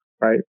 right